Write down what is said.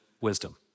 wisdom